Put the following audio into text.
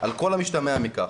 על כל המשתמע מכך.